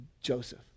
Joseph